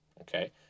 okay